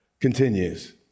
continues